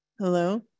Hello